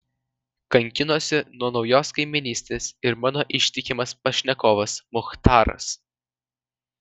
kankinosi nuo naujos kaimynystės ir mano ištikimas pašnekovas muchtaras